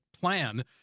plan